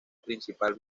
principal